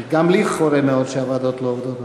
כי גם לי חורה מאוד שהוועדות לא עובדות עדיין.